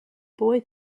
boy